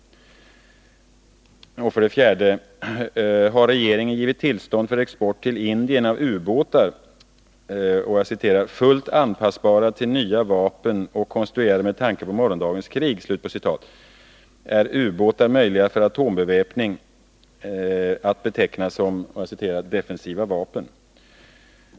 4. Har regeringen givit tillstånd för export till Indien av ubåtar ”fullt anpassbara till nya vapen och konstruerade med tanke på morgondagens krig”? Är ubåtar möjliga för atombeväpning att beteckna som ”defensiva vapen”?